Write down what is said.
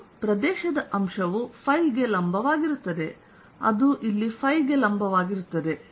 ಮತ್ತು ಪ್ರದೇಶದ ಅಂಶವು ಫೈ ಗೆ ಲಂಬವಾಗಿರುತ್ತದೆ ಅದು ಇಲ್ಲಿ ಫೈ ಗೆ ಲಂಬವಾಗಿರುತ್ತದೆ